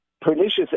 pernicious